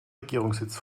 regierungssitz